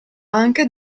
anche